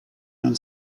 non